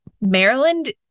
Maryland